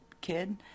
kid